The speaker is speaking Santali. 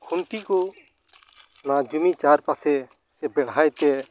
ᱠᱷᱩᱱᱴᱤ ᱠᱚ ᱚᱱᱟ ᱡᱩᱢᱤ ᱪᱟᱨ ᱯᱟᱥᱮ ᱵᱮᱲᱦᱟᱭ ᱛᱮ